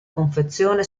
confezione